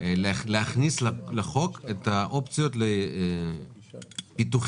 להכניס לחוק את האופציות לפיתוחים